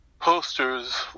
posters